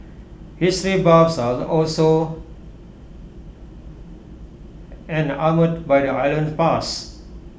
history buffs are also enamoured by the island's bus